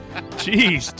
Jeez